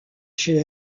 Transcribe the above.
chez